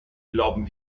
glauben